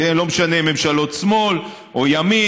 לא משנה ממשלות שמאל או ימין.